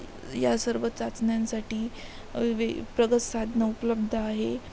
या सर्व चाचण्यांसाठी प्रगत साधनं उपलब्ध आहे